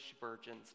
virgins